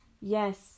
Yes